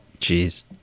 Jeez